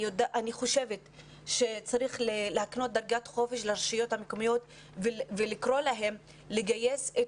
חושבת שצריך להקנות דרגת חופש לרשויות המקומיות ולקרוא להן לגייס את